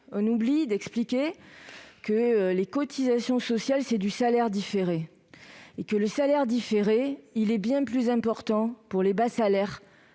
On oublie d'expliquer que les cotisations sociales sont du salaire différé, et que c'est bien plus important pour les bas salaires